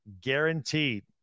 guaranteed